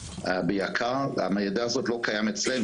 ביק"ר המידע הזה לא קיים אצלנו.